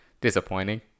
disappointing